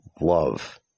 love